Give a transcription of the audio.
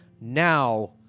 now